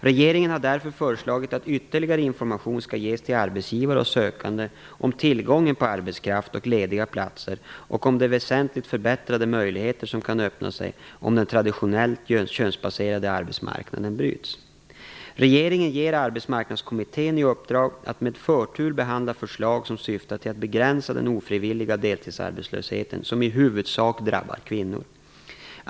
Regeringen har därför föreslagit att ytterligare information skall ges till arbetsgivare och sökande om tillgången på arbetskraft och lediga platser och om de väsentligt förbättrade möjligheter som kan öppna sig om den traditionella könsbaserade arbetsmarknaden bryts. Regeringen ger Arbetsmarknadskommittén i uppdrag att med förtur behandla förslag som syftar till att begränsa den ofrivilliga deltidsarbetslösheten som i huvudsak drabbar kvinnor.